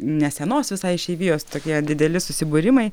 nesenos visai išeivijos tokie dideli susibūrimai